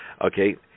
Okay